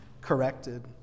corrected